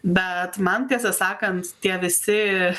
bet man tiesą sakant tie visi